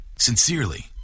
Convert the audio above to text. Sincerely